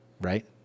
right